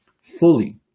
fully